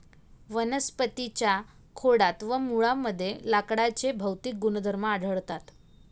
वनस्पतीं च्या खोडात व मुळांमध्ये लाकडाचे भौतिक गुणधर्म आढळतात